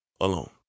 alone